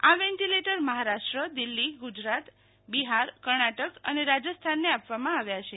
આ વેન્ટીલેટર મહારાષ્ટ્ર દિલ્હી ગુજરાત બિહાર કર્ણાટક અને રાજસ્થાનને આપવામાં આવ્યા છે